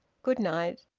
good night.